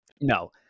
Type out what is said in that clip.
No